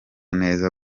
neza